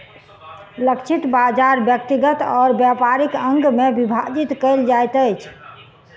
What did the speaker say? लक्षित बाजार व्यक्तिगत और व्यापारिक अंग में विभाजित कयल जाइत अछि